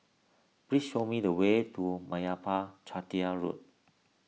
please show me the way to Meyappa Chettiar Road